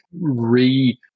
re